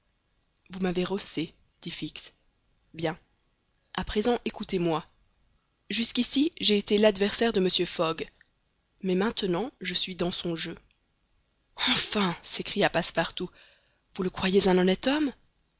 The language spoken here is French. vous m'avez rossé dit fix bien a présent écoutez-moi jusqu'ici j'ai été l'adversaire de mr fogg mais maintenant je suis dans son jeu enfin s'écria passepartout vous le croyez un honnête homme